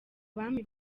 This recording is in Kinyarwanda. bami